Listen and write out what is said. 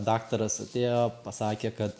daktaras atėjo pasakė kad